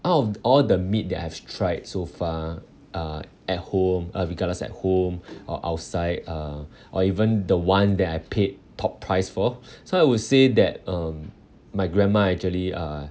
out of all the meat that I've tried so far uh at home uh regardless at home or outside uh or even the one that I paid top price for so I would say that um my grandma actually uh